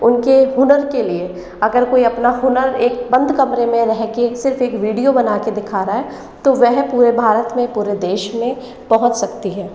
उनके हुनर के लिए अगर कोई अपना हुनर एक बंद कमरे में रहके सिर्फ़ एक वीडियो बनाके दिखा रहा है तो वह पूरे भारत में पूरे देश में पहुंच सकती है